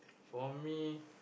for me